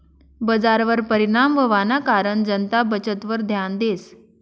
बजारवर परिणाम व्हवाना कारण जनता बचतवर ध्यान देस